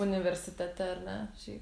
universitete ar ne šiaip